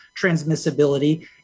transmissibility